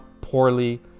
poorly